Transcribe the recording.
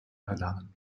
erlernen